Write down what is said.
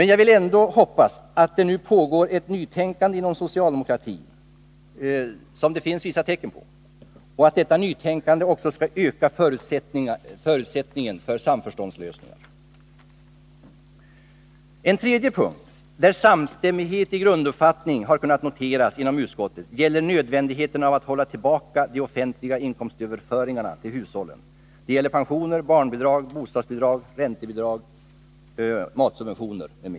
Jag vill ändå hoppas att det pågår ett nytänkande inom socialdemokratin — vilket det finns vissa tecken på — som ökar förutsättningarna för samförståndslösningar. En tredje punkt där en samstämmig grunduppfattning har kunnat noteras inom utskottet gäller nödvändigheten att hålla tillbaka de offentliga inkomstöverföringarna till hushållen, bl.a. pensioner, barnbidrag, bostadsbidrag, räntebidrag och matsubventioner.